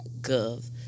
gov